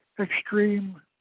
Extreme